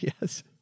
Yes